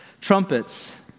trumpets